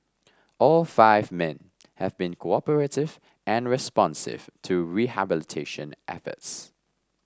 all five men have been cooperative and responsive to rehabilitation efforts